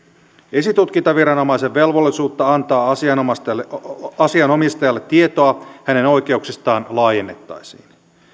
esitutkintaviranomaisen velvollisuutta antaa asianomistajalle tietoa hänen oikeuksistaan laajennettaisiin